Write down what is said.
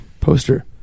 poster